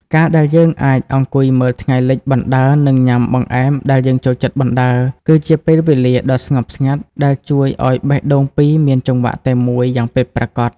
ការដែលយើងអាចអង្គុយមើលថ្ងៃលិចបណ្ដើរ និងញ៉ាំបង្អែមដែលយើងចូលចិត្តបណ្ដើរ គឺជាពេលវេលាដ៏ស្ងប់ស្ងាត់ដែលជួយឱ្យបេះដូងពីរមានចង្វាក់តែមួយយ៉ាងពិតប្រាកដ។